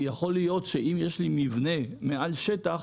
כי יכול להיות שאם יש לי מבנה מעל שטח,